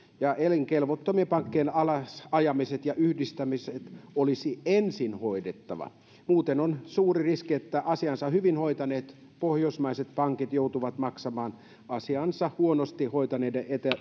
ja elinkelvottomien pankkien alasajamiset ja yhdistämiset olisi ensin hoidettava muuten on suuri riski että asiansa hyvin hoitaneet pohjoismaiset pankit joutuvat maksamaan asiansa huonosti hoitaneiden